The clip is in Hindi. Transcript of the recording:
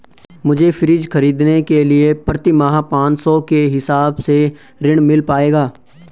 मुझे फ्रीज खरीदने के लिए प्रति माह पाँच सौ के हिसाब से ऋण मिल पाएगा?